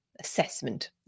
assessment